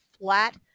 flat